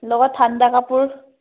লগত ঠাণ্ডা কাপোৰ